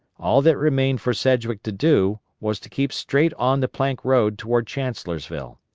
all that remained for sedgwick to do was to keep straight on the plank road toward chancellorsville.